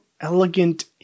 elegant